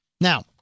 Now